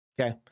okay